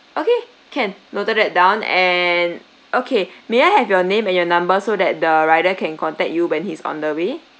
okay can noted that down and okay may I have your name and your number so that the rider can contact you when he's on the way